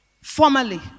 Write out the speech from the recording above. formally